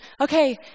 Okay